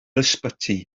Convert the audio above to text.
ysbyty